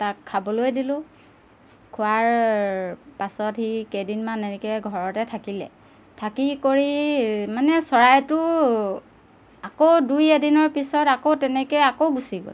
তাক খাবলৈ দিলোঁ খোৱাৰ পাছত সি কেইদিনমান এনেকৈ ঘৰতে থাকিলে থাকি কৰি মানে চৰাইটো আকৌ দুই এদিনৰ পিছত আকৌ তেনেকৈ আকৌ গুচি গ'ল